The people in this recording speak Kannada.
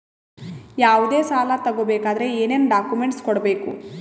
ಯಾವುದೇ ಸಾಲ ತಗೊ ಬೇಕಾದ್ರೆ ಏನೇನ್ ಡಾಕ್ಯೂಮೆಂಟ್ಸ್ ಕೊಡಬೇಕು?